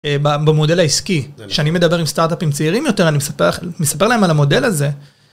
במודל העסקי שאני מדבר עם סטארטאפים צעירים יותר, אני מספר להם על המודל הזה.